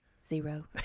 Zero